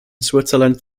switzerland